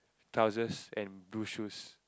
trousers and blue shoe